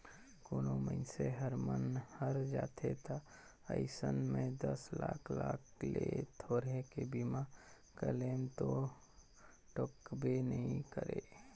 कोनो मइनसे हर मन हर जाथे त अइसन में दस लाख लाख ले थोरहें के बीमा क्लेम तो ठोकबे नई करे